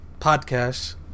podcast